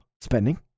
spending